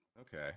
Okay